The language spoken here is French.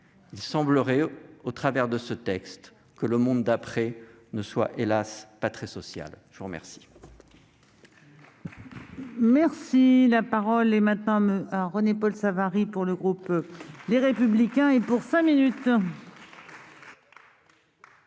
il semblerait, au travers de ce texte, que le monde d'après ne soit, hélas ! pas très social. La parole